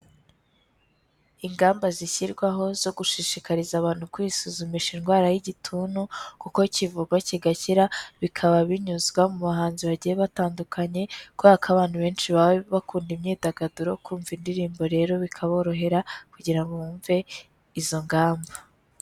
Ingamba zishyirwaho zo gushishikariza abantu kwisuzumisha indwara y'igituntu kuko kivugwa kigakira, bikaba binyuzwa mu bahanzi bagiye batandukanye kubera ko abantu benshi baba bakunda imyidagaduro, kumva indirimbo rero bikaborohera kugira bumve izo ngamba.